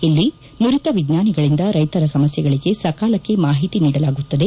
ಇಲ್ಲಿ ನುರಿತ ವಿಜ್ಞಾನಿಗಳಿಂದ ರೈತರ ಸಮಸ್ಖೆಗಳಿಗೆ ಸಕಾಲಕ್ಕೆ ಮಾಹಿತಿ ನೀಡಲಾಗುತ್ತದೆ